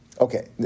Okay